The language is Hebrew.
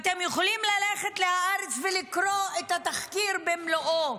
אתם יכולים ללכת להארץ ולקרוא את התחקיר במלואו,